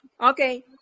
Okay